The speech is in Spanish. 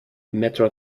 metro